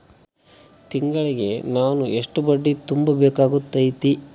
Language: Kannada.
ತಿಂಗಳಿಗೆ ನಾನು ಎಷ್ಟ ಬಡ್ಡಿ ತುಂಬಾ ಬೇಕಾಗತೈತಿ?